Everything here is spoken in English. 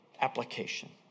application